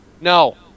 No